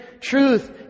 truth